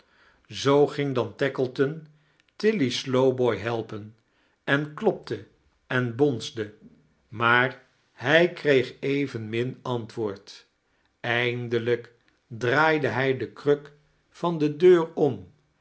zoo ging dan tackleton tilly slowboy helpen en klopte en bonsde maar hij kreeg evenmin antwoord eindelijk draaide hij de kruk van de deur om